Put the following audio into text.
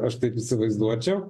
aš taip įsivaizduočiau